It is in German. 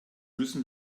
müssen